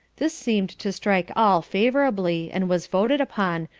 this seemed to strike all favourably, and was voted upon,